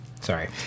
Sorry